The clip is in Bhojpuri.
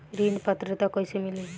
ऋण पात्रता कइसे मिली?